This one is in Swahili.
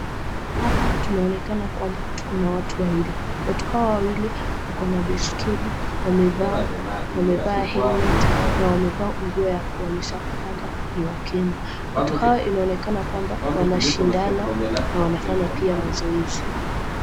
Hapa tunaonekana kwamba tuko na watu wawili. Watu hawa wawili wako na baiskeli wamevaa helmet na wamevaa nguo ya kuonyesha kwamba ni wa Kenya. Watu hawa inaonekana kwamba wanashindana na pia wanafanya pia mazoezi.